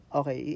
okay